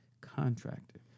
contractor